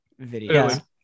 videos